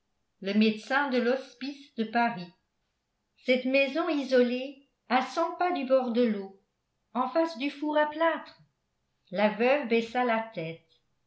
le médecin de l'hospice de paris cette maison isolée à cent pas du bord de l'eau en face du four à plâtre la veuve baissa la tête